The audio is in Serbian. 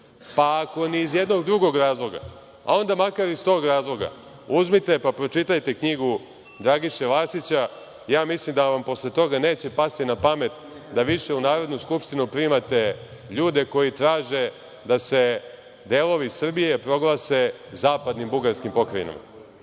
pa ako ni iz jednog drugog razloga, a onda makar iz tog razloga uzmite pa pročitajte knjigu Dragiše Vasića. Mislim da vam posle toga neće pasti na pamet da više u Narodnu skupštinu primate ljude koji traže da se delovi Srbije proglase zapadnim bugarskim pokrajinama.